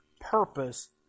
purpose